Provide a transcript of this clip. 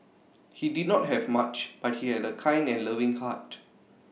he did not have much but he had A kind and loving heart